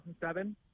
2007